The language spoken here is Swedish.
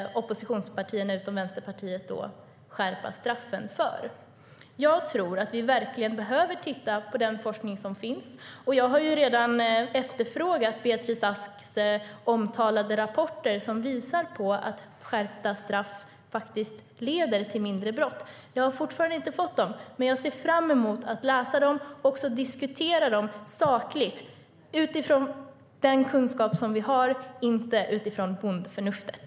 Oppositionspartierna utom Vänsterpartiet vill skärpa straffen för totalt 35 olika brott. Jag tror att vi verkligen behöver titta på den forskning som finns, och jag har redan efterfrågat Beatrice Asks omtalade rapporter som visar att skärpta straff faktiskt leder till färre brott. Jag har fortfarande inte fått dem, men jag ser fram emot att läsa dem och diskutera dem sakligt utifrån den kunskap som vi har, inte utifrån bondförnuftet.